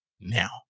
now